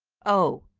oh,